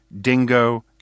Dingo